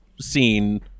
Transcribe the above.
scene